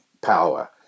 power